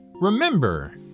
remember